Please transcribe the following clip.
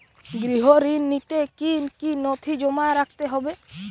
গৃহ ঋণ নিতে কি কি নথি জমা রাখতে হবে?